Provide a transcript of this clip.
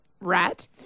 rat